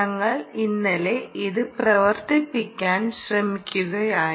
ഞങ്ങൾ ഇന്നലെ ഇത് പ്രവർത്തിപ്പിക്കാർ ശ്രമിക്കുകയായിരുന്നു